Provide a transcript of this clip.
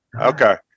Okay